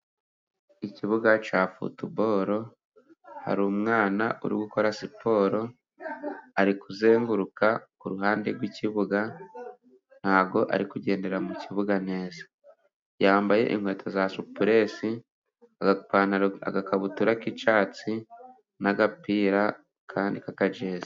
Ikibuga cya futubolo hari umwana uri gukora siporo ari kuzenguruka kuhande rw'ikibuga ntabwo ari kugendera mu kibuga neza ,yambaye inkweto za supuresi, agakabutura k'icyatsi n'agapira kandi k'aka jezi.